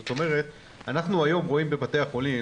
זאת אומרת שאנחנו היום רואים בבתי החולים